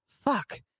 fuck